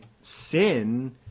sin